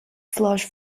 flush